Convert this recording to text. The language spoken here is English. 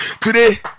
Today